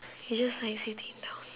you just like sitting down